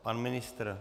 Pan ministr?